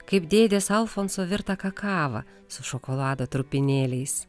kaip dėdės alfonso virtą kakavą su šokolado trupinėliais